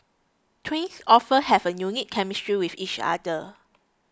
twins often have a unique chemistry with each other